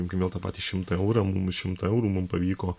imkim vėl tą patį šimtą eurą mum šimtą eurų mum pavyko